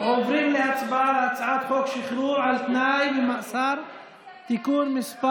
אז אנחנו עוברים להצבעה על הצעת חוק שחרור על תנאי ממאסר (תיקון מס'